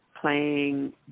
playing